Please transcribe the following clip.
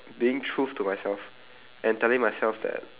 being truth to myself and telling myself that